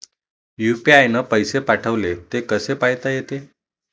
UPI न पैसे पाठवले, ते कसे पायता येते?